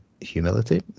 humility